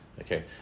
Okay